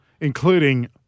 including